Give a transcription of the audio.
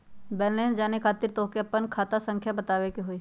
Balance जाने खातिर तोह के आपन खाता संख्या बतावे के होइ?